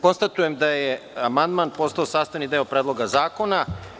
Konstatujem da je amandman postao sastavni deo Predloga zakona.